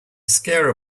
scare